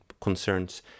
concerns